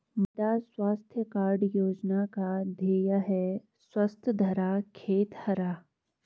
मृदा स्वास्थ्य कार्ड योजना का ध्येय है स्वस्थ धरा, खेत हरा